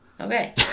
Okay